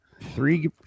Three